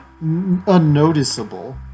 unnoticeable